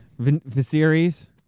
Viserys